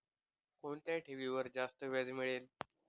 कोणत्या ठेवीवर जास्त व्याज मिळेल?